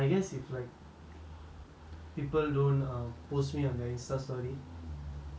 people don't err post me on their Instagram story I mean like